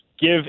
give